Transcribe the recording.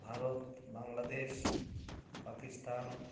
Bharat Bangladesh Pakistan